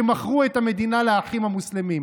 שמכרו את המדינה לאחים המוסלמים.